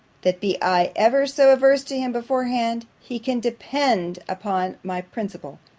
that be i ever so averse to him beforehand, he can depend upon my principles